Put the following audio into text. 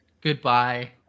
Goodbye